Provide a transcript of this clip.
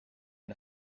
and